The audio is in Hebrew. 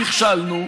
נכשלנו,